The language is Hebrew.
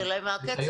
השאלה היא מה הקצב.